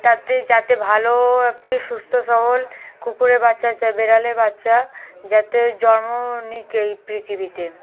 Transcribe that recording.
তাতে যাতে ভালো একটি সুস্থ সবল কুকুরের বাচ্চা চা বেড়ালের বাচ্চা যাতে জন্ম নিক এই পৃথিবীতে